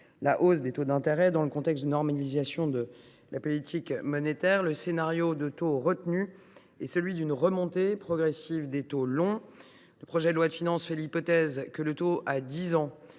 une hausse des taux d’intérêt, dans le contexte de normalisation de la politique monétaire. Le scénario retenu est celui d’une remontée progressive des taux longs. Ainsi, le projet de loi de finances repose sur l’hypothèse que le taux